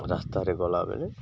ରାସ୍ତାରେ ଗଲାବେଳେ